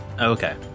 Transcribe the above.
Okay